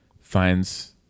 finds